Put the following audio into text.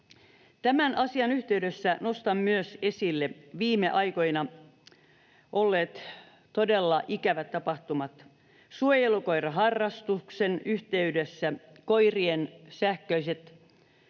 Tämän asian yhteydessä nostan myös esille viime aikoina olleet todella ikävät tapahtumat, kuten suojelukoiraharrastuksen yhteydessä koirien sähköiset